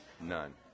None